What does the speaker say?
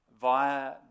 via